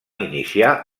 iniciar